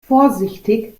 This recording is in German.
vorsichtig